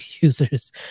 users